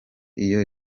iyo